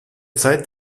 zeit